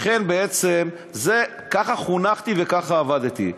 לכן, בעצם ככה חונכתי וככה עבדתי.